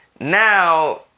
Now